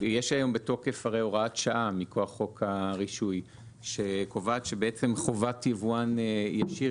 יש היום בתוקף הוראת שעה מכוח חוק הרישוי שקובעת שחובת יבואן ישיר